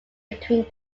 between